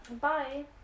bye